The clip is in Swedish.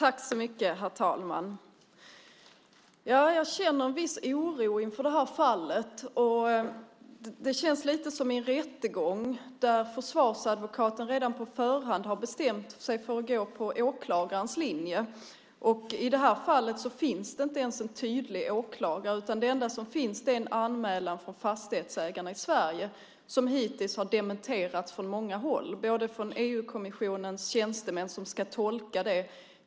Herr talman! Jag känner en viss oro inför det här fallet. Det känns lite som i en rättegång där försvarsadvokaten redan på förhand har bestämt sig för att gå på åklagarens linje. I det här fallet finns det inte ens en tydlig åklagare. Det enda som finns är en anmälan från Fastighetsägarna i Sverige som hittills har dementerats från många håll, bland annat från EU-kommissionens tjänstemän som ska tolka detta.